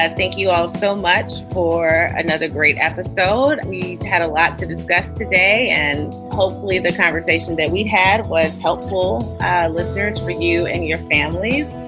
thank you all so much for another great episode. we had a lot to discuss today and hopefully the conversation that we had was helpful listeners for you and your families.